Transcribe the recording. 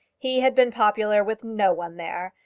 he had been popular with no one there,